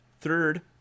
third